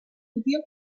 útil